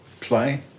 play